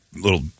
little